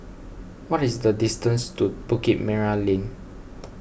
what is the distance to Bukit Merah Lane